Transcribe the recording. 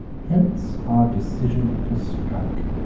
hence our decision to strike.